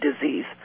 disease